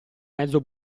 mezzo